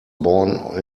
born